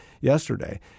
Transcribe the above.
yesterday